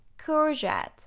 courgette